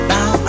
Now